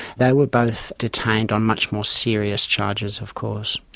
they were both detained on much more serious charges of course.